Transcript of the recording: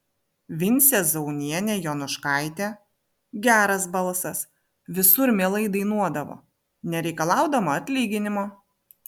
vincė zaunienė jonuškaitė geras balsas visur mielai dainuodavo nereikalaudama atlyginimo